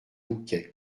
bouquet